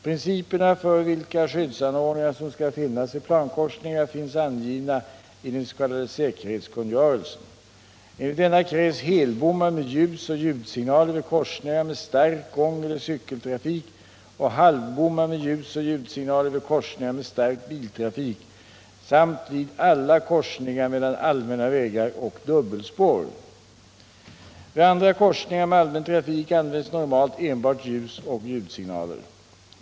Principerna för vilka skyddsanordningar som skall finnas vid plankorsningar finns angivna i dens.k. säkerhetskungörelsen. Enligt denna krävs helbommar med ljusoch ljudsignaler vid korsningar med stark gångeller cykeltrafik och halvbommar med ljusoch ljudsignaler vid korsningar med stark biltrafik samt vid alla korsningar mellan allmänna vägar och dubbelspår. Vid andra korsningar med allmän trafik används normalt enbart ljusoch ljudsignaler.